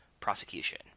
Prosecution